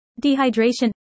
Dehydration